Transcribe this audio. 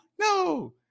no